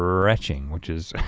rhetching which is